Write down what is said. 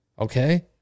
Okay